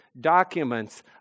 documents